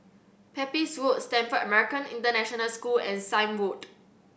Pepys Road Stamford American International School and Sime Road